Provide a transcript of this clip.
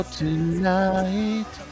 tonight